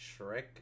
Shrek